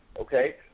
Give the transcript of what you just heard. okay